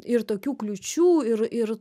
ir tokių kliūčių ir ir